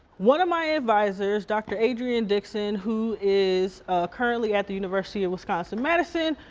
one of my advisors, dr. adrian dicksen, who is currently at the university of wisconsin madison.